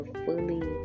fully